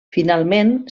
finalment